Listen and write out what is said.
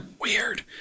Weird